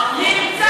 מדום לב.